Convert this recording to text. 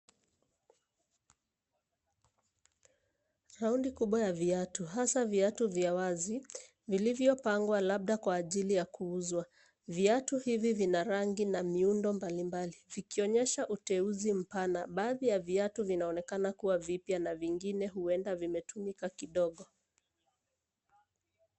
Raundi kubwa ya viatu hasa viatu vya wazi, vilivyopangwa labda kwa ajili ya kuuzwa. Viatu hivi vina rangi na miundo mbalimbali vikionyesha utauzi mpana. Baadhi ya viatu vinaonekana kuwa vipya na vingine huenda vimetumika kidogo.